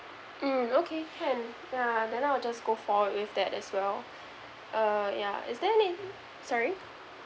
mm okay can yeah then I'll just go forward with that as well uh yeah is there any sorry